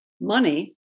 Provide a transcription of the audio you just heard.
money